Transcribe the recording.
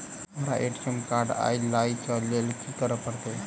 हमरा ATM card नै अई लई केँ लेल की करऽ पड़त?